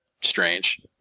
strange